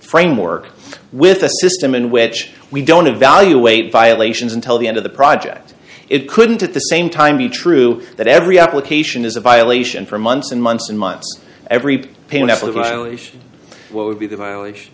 framework with a system in which we don't evaluate violations until the end of the project it couldn't at the same time be true that every application is a violation for months and months and months every pain level of what would be the